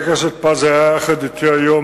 רצוני לשאול: 1. האם הדברים מדויקים?